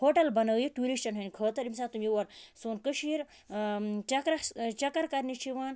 hotel بَنٲیِتھ ٹیوٗرِسٹَن ہِنٛدِ خٲطرٕ ییٚمہِ ساتہٕ تم یور سون کٔشیٖر چَکرَس چَکَر کرنہِ چھِ یِوان